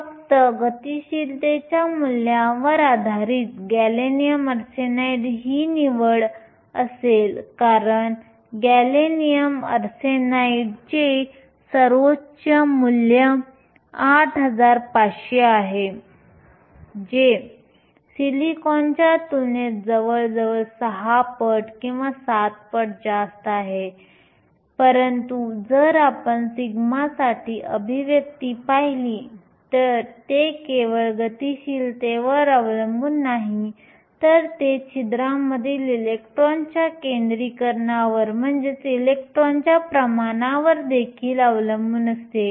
फक्त गतिशीलतेच्या मूल्यांवर आधारित गॅलियम आर्सेनाइड ही निवड असेल कारण गॅलियम आर्सेनाइडचे सर्वोच्च मूल्य 8500 आहे जे सिलिकॉनच्या तुलनेत जवळजवळ 6 पट किंवा 7 पट जास्त आहे परंतु जर आपण सिग्मासाठी अभिव्यक्ती पाहिली तर ते केवळ गतिशीलतेवर अवलंबून नाही तर ते छिद्रांमधील इलेक्ट्रॉनच्या प्रमाणावर देखील अवलंबून असते